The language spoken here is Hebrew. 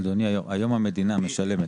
אדוני, היום המדינה משלמת